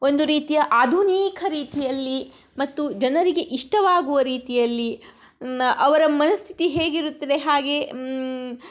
ಒಂದು ರೀತಿಯ ಆಧುನಿಕ ರೀತಿಯಲ್ಲಿ ಮತ್ತು ಜನರಿಗೆ ಇಷ್ಟವಾಗುವ ರೀತಿಯಲ್ಲಿ ನ ಅವರ ಮನಸ್ಥಿತಿ ಹೇಗಿರುತ್ತದೆ ಹಾಗೆ